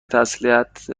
تسلیت